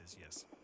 yes